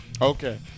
Okay